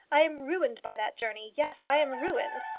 i am ruined by that journey. yes i am ruined.